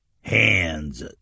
hands